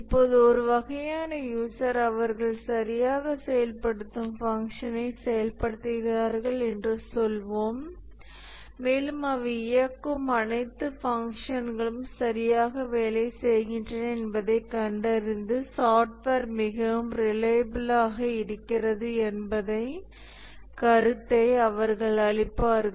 இப்போது ஒரு வகையான யூசர் அவர்கள் சரியாகச் செயல்படுத்தும் ஃபங்க்ஷனை செயல்படுத்துகிறார்கள் என்று சொல்வோம் மேலும் அவை இயக்கும் அனைத்து ஃபங்க்ஷன்களும் சரியாக வேலை செய்கின்றன என்பதைக் கண்டறிந்து சாஃப்ட்வேர் மிகவும் ரிலையபில்லாக இருக்கிறது என்ற கருத்தை அவர்கள் அளிப்பார்கள்